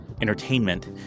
entertainment